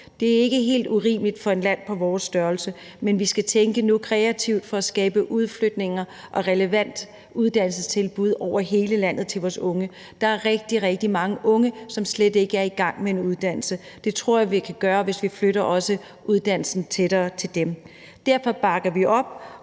Det er ikke helt urimeligt for et land på vores størrelse, men vi skal tænke lidt kreativt for at skabe udflytninger og relevante uddannelsestilbud over hele landet til vores unge. Der er rigtig, rigtig mange unge, som slet ikke er i gang med en uddannelse. Det tror jeg vi kunne ændre på, hvis vi flyttede uddannelsen tættere på dem. Derfor bakker vi op